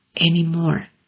anymore